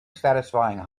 satisfying